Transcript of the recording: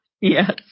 Yes